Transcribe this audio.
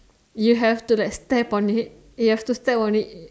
you have to like step on it you have to step on it